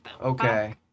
Okay